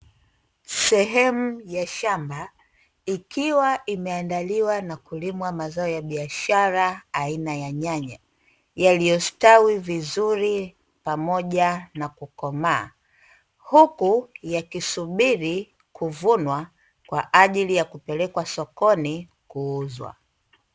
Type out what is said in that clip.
Sehemu ya shamba ikiwa imeandaliwa na kulimwa mazao ya biashara aina ya nyanya yaliyostawi vizuri pamoja na kukomaa. Huku ya kisubiri kuvunwa kwajili ya kupelekwa sokoni kuuzwa.